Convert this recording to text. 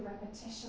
repetition